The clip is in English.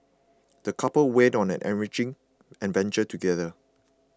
the couple went on an enriching adventure together